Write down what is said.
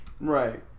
right